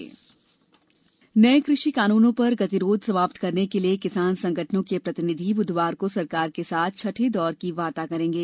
किसान वार्ता नये कृषि कानूनों पर गतिरोध समाप्त करने के लिए किसान संगठनों के प्रतिनिधि बुधवार को सरकार के साथ छठे दौर की वार्ता करेंगे